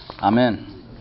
Amen